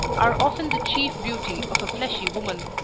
are often the chief beauty of a fleshy woman,